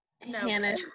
Hannah